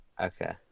Okay